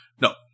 No